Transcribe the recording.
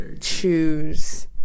choose